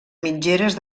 mitgeres